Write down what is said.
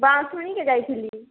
ବାଉଁଶୁଣିକେ ଯାଇଥିଲି